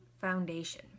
foundation